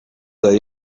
day